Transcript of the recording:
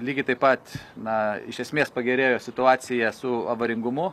lygiai taip pat na iš esmės pagerėjo situacija su avaringumu